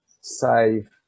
save